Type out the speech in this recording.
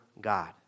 God